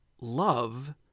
love